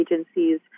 agencies